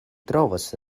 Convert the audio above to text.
trovos